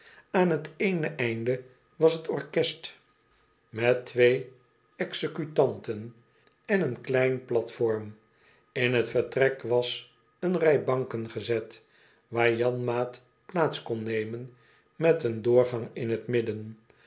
aan t eene eind was t oren est met twee executanten en een kleine platform in t vertrek was eene rij banken gezet waar janmaat plaats kon nemen met een doorgang in t midden